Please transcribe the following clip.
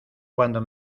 cuando